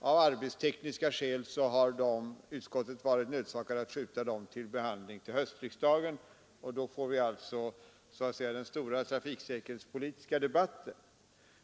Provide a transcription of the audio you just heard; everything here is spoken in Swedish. Av arbetstekniska skäl har utskottet varit nödsakat att uppskjuta behandlingen av dessa motioner till höstriksdagen, då vi alltså får den stora trafiksäkerhetspolitiska debatten.